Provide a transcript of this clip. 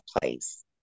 place